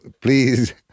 please